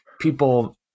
people